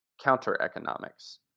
counter-economics